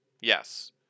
Yes